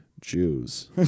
Jews